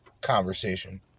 conversation